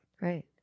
Right